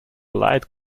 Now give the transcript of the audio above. light